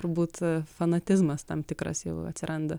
turbūt fanatizmas tam tikras jau atsiranda